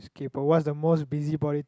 kaypo what is the most busybody